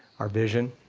our vision,